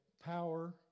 power